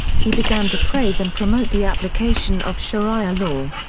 he began to praise and promote the application of sharia law.